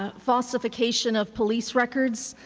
ah falsification of police records,